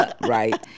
Right